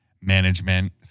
management